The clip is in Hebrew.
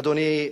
אדוני,